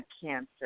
cancer